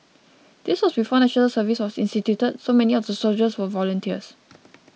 this was before National Service was instituted so many of the soldiers were volunteers